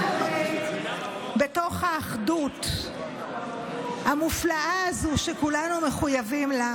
מה קורה בתוך האחדות המופלאה הזו שכולנו מחויבים לה,